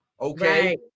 Okay